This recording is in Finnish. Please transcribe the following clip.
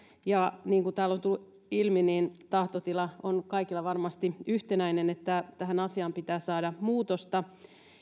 ja niin kuin täällä on tullut ilmi tahtotila on kaikilla varmasti yhtenäinen tähän asiaan pitää saada muutosta